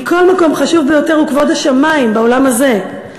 מכל מקום החשוב ביותר הוא כבוד השמים בעולם הזה,